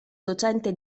docente